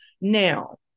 Now